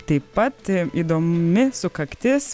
taip pat įdomi sukaktis